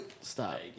stop